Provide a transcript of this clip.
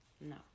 No